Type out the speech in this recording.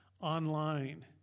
online